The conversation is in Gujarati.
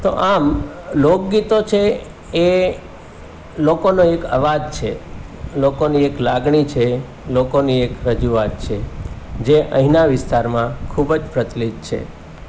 તો આમ લોકગીતો છે એ લોકોનો એક અવાજ છે લોકોની એક લાગણી છે લોકોની એક રજુઆત છે જે અહીંના વિસ્તારમાં ખૂબ જ પ્રચલિત છે